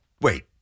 wait